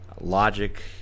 logic